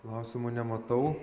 klausimų nematau